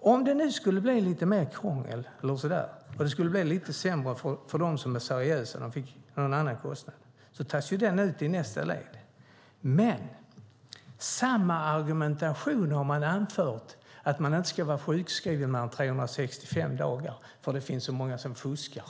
Om det skulle bli lite mer krångel och lite sämre för dem som är seriösa och om de får någon annan kostnad tas ju den ut i nästa led. Men samma argumentation har anförts när det gäller att man inte ska vara sjukskriven mer än 365 dagar eftersom det finns så många som fuskar.